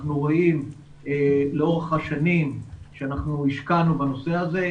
אנחנו רואים לאורך השנים שאנחנו השקענו בנושא הזה.